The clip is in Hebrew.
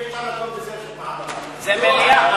אי-אפשר, זה מליאה.